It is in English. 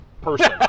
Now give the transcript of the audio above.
person